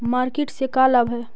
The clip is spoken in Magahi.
मार्किट से का लाभ है?